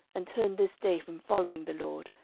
and turn this day from following the lord,